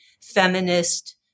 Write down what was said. feminist